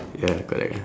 ya correct